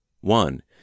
One